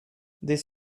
this